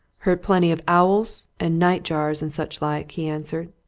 heard plenty of owls, and night-jars, and such-like, he answered,